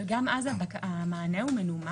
אבל גם אז המענה מנומק?